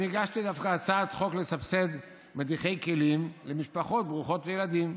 אני הגשתי דווקא הצעת חוק לסבסד מדיחי כלים למשפחות ברוכות ילדים,